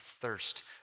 thirst